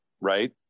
right